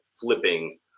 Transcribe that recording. flipping